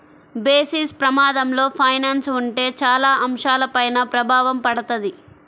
basis ప్రమాదంలో finance ఉంటే చాలా అంశాలపైన ప్రభావం పడతది